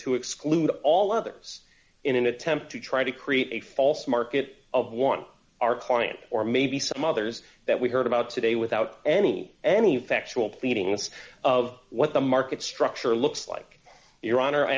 to exclude all others in an attempt to try to create a false market of want our client or maybe some others that we heard about today without any any factual pleadings of what the market structure looks like your hon